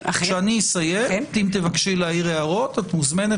כשאסיים, אם תבקשי להעיר הערות בשמחה.